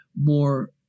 more